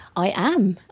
i am!